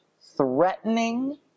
threatening